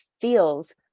feels